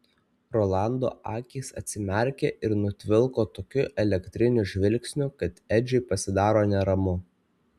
rolando akys atsimerkia ir nutvilko tokiu elektriniu žvilgsniu kad edžiui pasidaro neramu